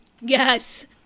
Yes